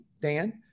Dan